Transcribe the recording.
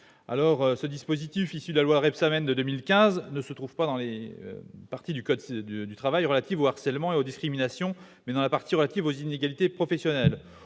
Ce dispositif, issu de la loi Rebsamen de 2015, ne se trouve pas dans les parties du code du travail relatives aux harcèlements et aux discriminations, mais dans la partie relative aux inégalités professionnelles.